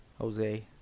Jose